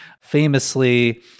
Famously